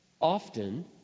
often